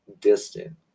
distant